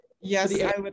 Yes